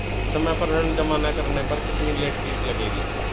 समय पर ऋण जमा न करने पर कितनी लेट फीस लगेगी?